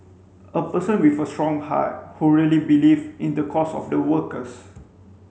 a person with a strong heart who really believe in the cause of the workers